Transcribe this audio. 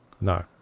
No